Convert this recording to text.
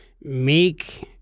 make